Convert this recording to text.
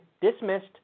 dismissed